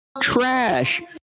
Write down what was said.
trash